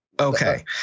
Okay